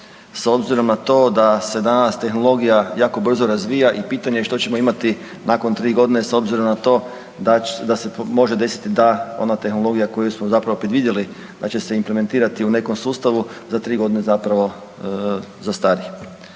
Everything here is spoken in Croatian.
s obzirom na to da se danas tehnologija jako brzo razvija i pitanje što ćemo imati nakon tri godine s obzirom na to da se može desiti da ona tehnologija koju smo zapravo predvidjeli da će se implementirati u nekom sustavu za tri godine zapravo zastari.